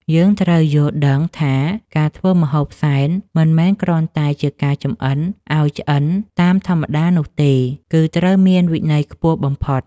យើងត្រូវយល់ដឹងថា ការធ្វើម្ហូបសែនមិនមែនគ្រាន់តែជាការចម្អិនឱ្យឆ្អិនតាមធម្មតានោះទេ គឺត្រូវមានវិន័យខ្ពស់បំផុត។